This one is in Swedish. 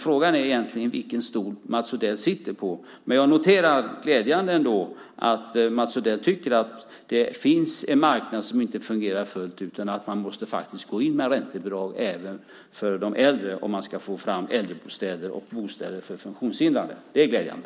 Frågan är egentligen vilken stol Mats Odell sitter på. Jag noterar, glädjande ändå, att Mats Odell tycker att det finns en marknad som inte fungerar fullt ut, att man måste gå in med räntebidrag även för de äldre och att man ska få fram äldrebostäder och bostäder för funktionshindrade. Det är glädjande.